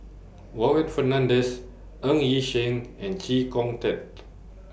Warren Fernandez Ng Yi Sheng and Chee Kong Tet